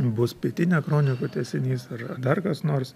bus pietinia kronikų tęsinys ar dar kas nors